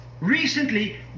recently